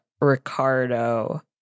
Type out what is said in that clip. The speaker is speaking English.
Ricardo